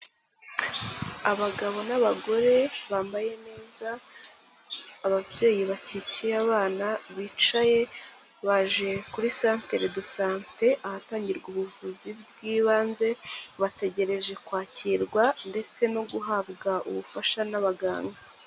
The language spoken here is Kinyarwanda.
Abagabo n'abagore bambaye neza, ababyeyi bakikiye abana bicaye, baje kuri centre de sante, ahatangirwa ubuvuzi bw'ibanze, bategereje kwakirwa ndetse no guhabwa ubufasha n'abaganga.